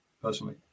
Personally